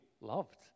loved